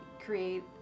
create